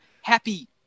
happy